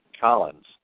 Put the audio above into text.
Collins